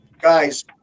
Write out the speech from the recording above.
guys